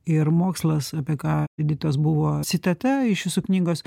ir mokslas apie ką editos buvo citata iš jūsų knygos